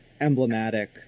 emblematic